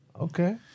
Okay